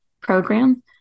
program